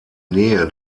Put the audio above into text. nähe